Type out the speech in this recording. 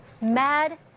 mad